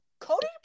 Cody